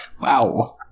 Wow